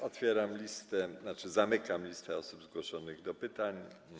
Otwieram listę... to znaczy zamykam listę osób zgłoszonych do pytań.